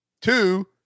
Two